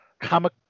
comic